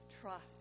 trust